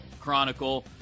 Chronicle